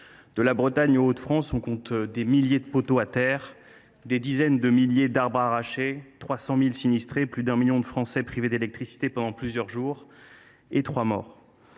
De la Bretagne aux Hauts de France, on compte des milliers de poteaux à terre, des dizaines de milliers d’arbres arrachés, 300 000 sinistrés, plus d’un million de Français privés d’électricité pendant plusieurs jours – et trois morts.